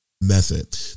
method